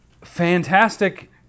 Fantastic